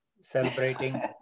celebrating